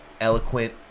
eloquent